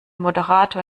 moderator